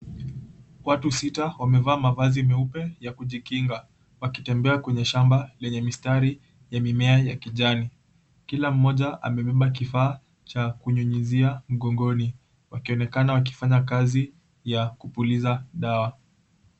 Watu sita wamevaa mavazi meupe ya kujikinga wakitembea kwenye shamba lenye mistari ya mimea ya kijani kila mmoja amebeba kifaa cha kunyunyuzia mgongoni wakionekana kufanya kazi ya kupuliza dawa.